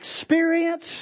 experience